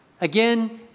again